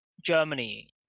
Germany